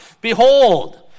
Behold